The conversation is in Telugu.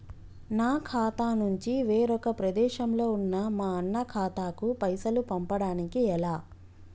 నా ఖాతా నుంచి వేరొక ప్రదేశంలో ఉన్న మా అన్న ఖాతాకు పైసలు పంపడానికి ఎలా?